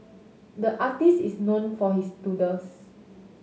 the artist is known for his doodles